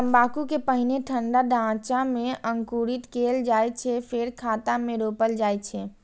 तंबाकू कें पहिने ठंढा ढांचा मे अंकुरित कैल जाइ छै, फेर खेत मे रोपल जाइ छै